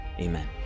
amen